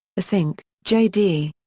assink, j. d.